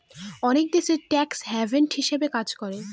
অনেক দেশ tax haven হিসাবে কাজ করে